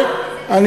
להילחם זה, .